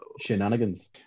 shenanigans